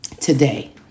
today